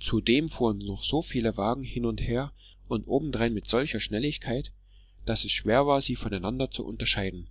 zudem fuhren noch so viele wagen hin und her und obendrein mit solcher schnelligkeit daß es schwer war sie voneinander zu unterscheiden